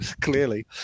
clearly